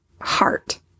heart